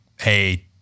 hey